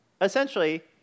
Essentially